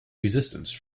resistance